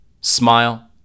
Smile